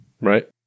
right